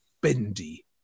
Bendy